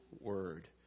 word